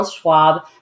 Schwab